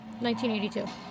1982